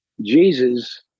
Jesus